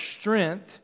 strength